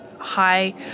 high